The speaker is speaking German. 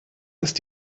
ist